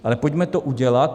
Ale pojďme to udělat.